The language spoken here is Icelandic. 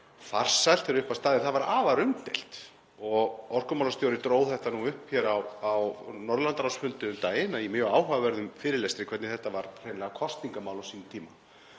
farsælt þegar upp var staðið. Það var afar umdeilt og orkumálastjóri dró það nú upp á Norðurlandaráðsfundi um daginn, í mjög áhugaverðum fyrirlestri, hvernig þetta var hreinlega kosningamál á sínum tíma.